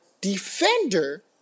defender